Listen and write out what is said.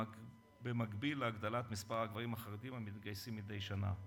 במקביל להגדלת מספר הגברים החרדים המתגייסים מדי שנה.